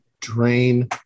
drain